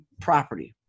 property